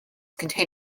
contain